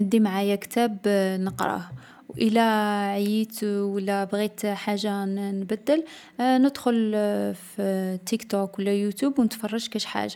ندي معايا كتاب نقراه. و إلا عييت ولّا بغيت حاجة نـ نبدّل، ندخل في التيكتوك و لا يوتيوب و نتفرج كاش حاجة.